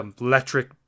electric